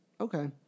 Okay